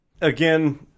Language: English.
Again